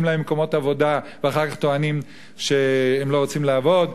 להם מקומות עבודה ואחר כך טוענים שהם לא רוצים לעבוד,